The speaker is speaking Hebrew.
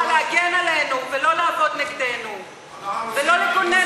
ואני מצפה ממך להגן עלינו ולא לעבוד נגדנו ולא לגונן